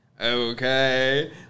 okay